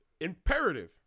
imperative